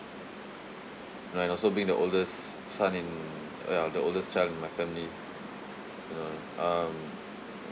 and also being the oldest son in uh ya the oldest child in my family you know um